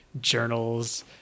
journals